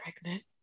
pregnant